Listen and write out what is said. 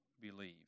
believe